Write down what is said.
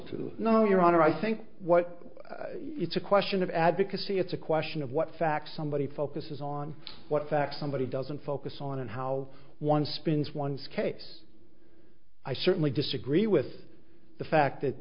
to know your honor i think what it's a question of advocacy it's a question of what facts somebody focuses on what facts somebody doesn't focus on and how one spins one's case i certainly disagree with the fact that